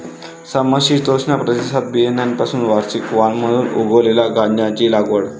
समशीतोष्ण प्रदेशात बियाण्यांपासून वार्षिक वाण म्हणून उगवलेल्या गांजाची लागवड